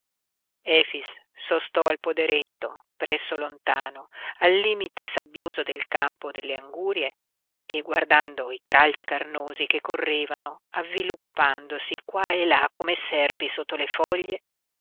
efix sostò al poderetto presso l'ontano al limite sabbioso del campo delle angurie e guardando i tralci carnosi che correvano avviluppandosi qua e là come serpi sotto le foglie